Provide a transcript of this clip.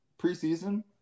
preseason